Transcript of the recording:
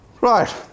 Right